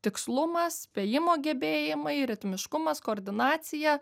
tikslumas spėjimo gebėjimai ritmiškumas koordinacija